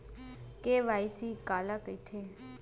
KYC काला कइथे?